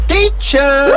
Teacher